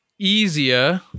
Easier